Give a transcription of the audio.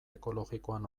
ekologikoan